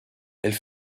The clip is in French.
elle